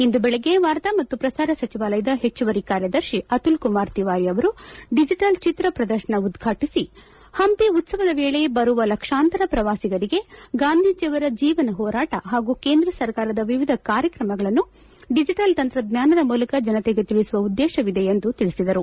ಇಂದು ದೇಗ್ಗೆ ವಾರ್ತಾ ಮತ್ತು ಪ್ರಸಾರ ಸಚಿವಾಲಯದ ಹೆಚ್ಚುವರಿ ಕಾರ್ಯದರ್ಶಿ ಅತುಲ್ ಕುಮಾರ್ ತಿವಾರಿ ಅವರು ಡಿಜಿಟಲ್ ಚಿತ್ರ ಪ್ರದರ್ಶನ ಉದ್ಘಾಟಿಸಿದ ಅವರು ಹಂಪಿ ಉತ್ಸವದ ವೇಳೆ ಬರುವ ಲಕ್ಷಾಂತರ ಪ್ರವಾಸಿಗರಿಗೆ ಗಾಂಧೀಜಿ ಅವರ ಜೀವನ ಹೋರಾಟ ಹಾಗೂ ಕೇಂದ್ರ ಸರ್ಕಾರದ ವಿವಿಧ ಕಾರ್ಯತ್ರಮಗಳನ್ನು ಡಿಜಿಟಲ್ ತಂತ್ರಜ್ಞಾನದ ಮೂಲಕ ಜನತೆಗೆ ತಿಳಿಸುವ ಉದ್ದೇಶವಿದೆ ಎಂದು ತಿಳಿಸಿದರು